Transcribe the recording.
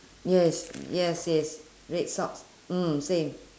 yes yes yes red socks mm same